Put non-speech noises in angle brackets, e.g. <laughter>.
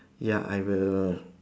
<breath> ya I will